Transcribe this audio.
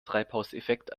treibhauseffekt